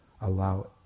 allow